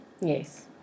Yes